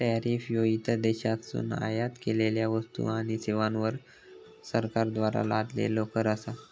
tariff ह्यो इतर देशांतसून आयात केलेल्यो वस्तू आणि सेवांवर सरकारद्वारा लादलेलो कर असा